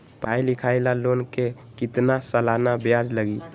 पढाई लिखाई ला लोन के कितना सालाना ब्याज लगी?